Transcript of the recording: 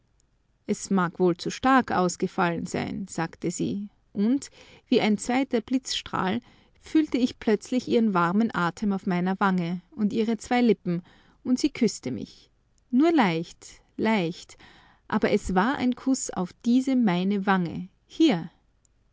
es mag wohl zu stark ausgefallen sein sagte sie und wie ein zweiter blitzstrahl fühlte ich plötzlich ihren warmen atem auf meiner wange und ihre zwei lippen und sie küßte mich nur leicht leicht aber es war ein kuß auf diese meine wange hier